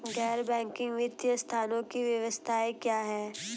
गैर बैंकिंग वित्तीय संस्थानों की विशेषताएं क्या हैं?